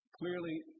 Clearly